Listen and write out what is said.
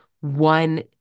one